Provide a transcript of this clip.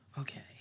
Okay